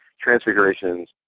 Transfigurations